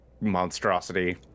monstrosity